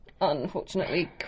Unfortunately